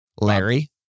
Larry